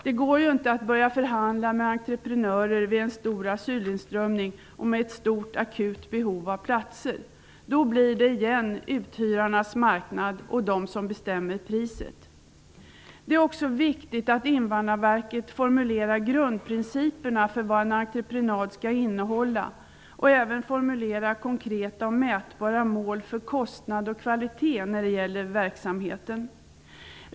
Det går inte att börja förhandla med entreprenörer vid en stor inströmning av asylsökande och vid ett stort akut behov av platser. Då blir det åter uthyrarnas marknad och de som bestämmer priset. Det är också viktigt att Invandrarverket formulerar grundprinciperna för vad en entreprenad skall innehålla och även formulerar konkreta och mätbara mål för kostnad och kvalitet när det gäller verksamheten.